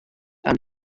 and